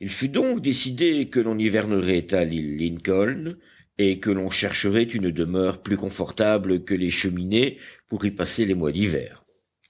il fut donc décidé que l'on hivernerait à l'île lincoln et que l'on chercherait une demeure plus confortable que les cheminées pour y passer les mois d'hiver